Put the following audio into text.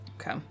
Okay